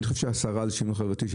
ואני חושב שהשרה לשינוי חברתי,